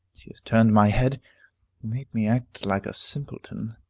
she has turned my head made me act like a simpleton.